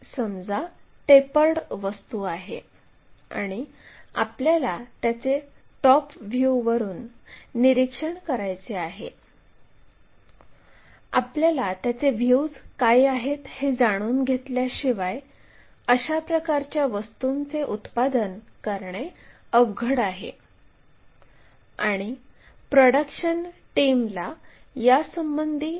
आडव्या लाइनसोबत असलेला हा फाय कोन 29 डिग्री आहे आणि खरी लांबी ही 72 मिमी आहे आणि ही देखील खरी लांबी आहे